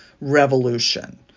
Revolution